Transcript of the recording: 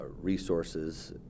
resources